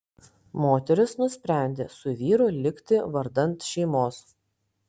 moteris nusprendė su vyru likti vardan šeimos